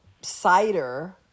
cider